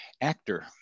actor